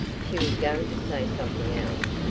she was going to say something else.